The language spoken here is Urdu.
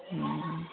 ہوں